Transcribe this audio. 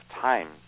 time